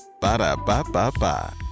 Ba-da-ba-ba-ba